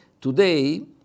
Today